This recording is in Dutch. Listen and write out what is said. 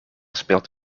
speelt